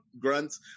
grunts